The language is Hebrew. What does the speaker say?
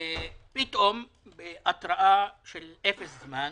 ופתאום בהתרעה של אפס זמן,